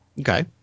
Okay